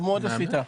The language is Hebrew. טוב מאוד עשית.